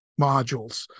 modules